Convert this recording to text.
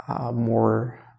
more